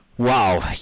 Wow